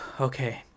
Okay